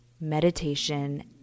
meditation